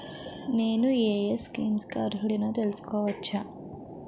నేను యే యే స్కీమ్స్ కి అర్హుడినో తెలుసుకోవచ్చా?